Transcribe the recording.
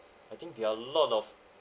I think there are a lot of